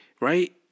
Right